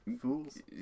Fools